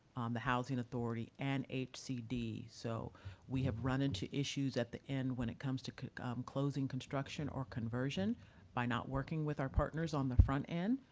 the housing authority, and hcd. so we have run into issues at the end when it comes to closing construction or conversion by not working with our partners on the front end.